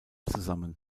zusammen